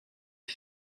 est